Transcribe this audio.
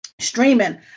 streaming